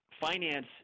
finance